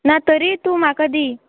ना तरी तूं म्हाका दी